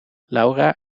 laura